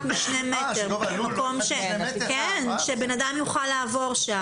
מ-2 מטרים כדי שבן אדם יוכל לעבור שם.